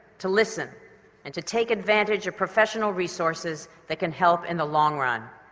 to listen and to take advantage of professional resources that can help in the long run.